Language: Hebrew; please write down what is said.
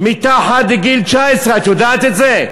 מתחת לגיל 19, את יודעת את זה?